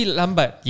lambat